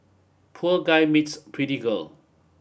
poor guy meets pretty girl